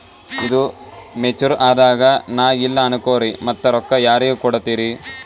ಈದು ಮೆಚುರ್ ಅದಾಗ ನಾ ಇಲ್ಲ ಅನಕೊರಿ ಮತ್ತ ರೊಕ್ಕ ಯಾರಿಗ ಕೊಡತಿರಿ?